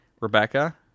Rebecca